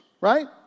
right